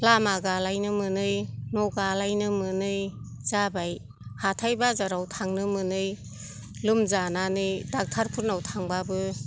लामा गालायनो मोनै न' गालायनो मोनै जाबाय हाथाइ बाजाराव थांनो मोनै लोमजानानै डाक्टारफोरनाव थांबाबो